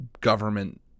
government